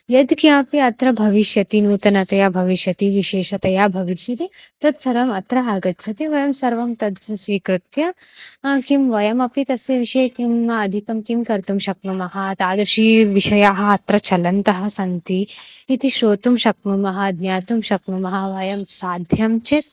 यत्किमपि अत्र भविष्यति नूतनतया भविष्यति विशेषतया भविष्यति तत्सर्वम् अत्र आगच्छति वयं सर्वं तत् स्वीकृत्य किं वयमपि तस्य विषये किम् अधिकं किं कर्तुं शक्नुमः तादृशविषयाः अत्र चलन्तः सन्ति इति श्रोतुं शक्नुमः ज्ञातुं शक्नुमः वयं साध्यं चेत्